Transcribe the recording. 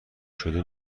شده